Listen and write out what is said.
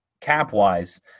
cap-wise